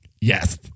Yes